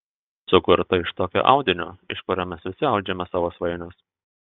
sukurta iš tokio audinio iš kurio mes visi audžiame savo svajones